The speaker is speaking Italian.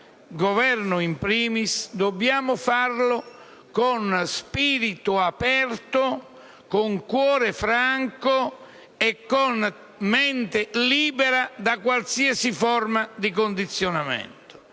Governo *in primis*, dobbiamo farlo con spirito aperto, con cuore franco e con mente libera da qualsiasi forma di condizionamento,